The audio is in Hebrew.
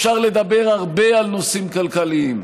אפשר לדבר הרבה על נושאים כלכליים,